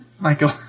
Michael